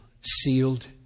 sealed